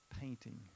painting